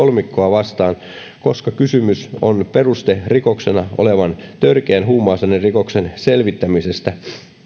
kolmikkoa vastaan koska kysymys on perusterikoksena olevan törkeän huumausainerikoksen selvittämisestä